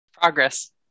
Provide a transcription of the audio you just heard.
Progress